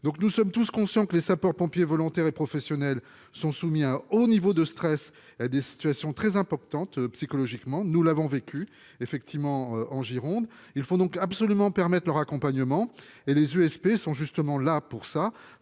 nous sommes tous conscients que les sapeurs-pompiers volontaires et professionnels sont soumis à haut niveau de stress des situations très importante psychologiquement. Nous l'avons vécu effectivement en Gironde. Il faut donc absolument permettent leur accompagnement et les USP sont justement là pour ça